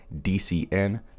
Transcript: DCN